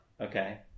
Okay